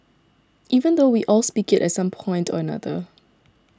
even though we all speak it at some point or another